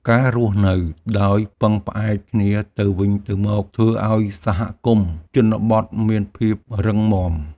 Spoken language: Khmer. ការរស់នៅដោយពឹងផ្អែកគ្នាទៅវិញទៅមក ធ្វើឱ្យសហគមន៍ជនបទមានភាពរឹងមាំ។